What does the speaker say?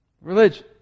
Religion